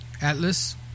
Atlas